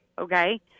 okay